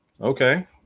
Okay